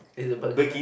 is a burger guy